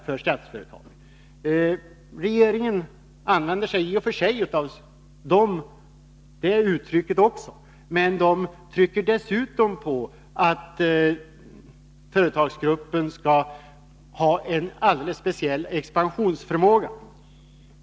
Också regeringen använder sig av den formuleringen men trycker dessutom på att företagsgruppen skall ha en alldeles speciell expansionsförmåga.